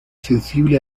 sensible